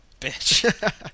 bitch